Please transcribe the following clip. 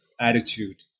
attitude